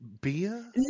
Bia